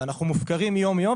ואנחנו מופקרים יום-יום,